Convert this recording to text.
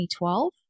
2012